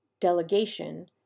delegation